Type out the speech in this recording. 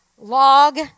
log